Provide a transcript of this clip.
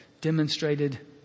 demonstrated